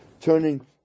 turning